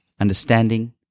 understanding